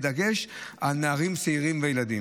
בדגש על נערים צעירים וילדים.